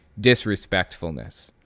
disrespectfulness